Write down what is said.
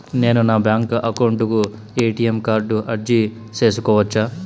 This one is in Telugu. నేను నా బ్యాంకు అకౌంట్ కు ఎ.టి.ఎం కార్డు అర్జీ సేసుకోవచ్చా?